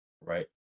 right